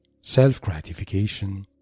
self-gratification